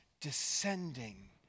descending